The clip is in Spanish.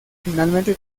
finalmente